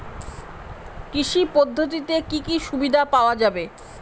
কৃষি পদ্ধতিতে কি কি সুবিধা পাওয়া যাবে?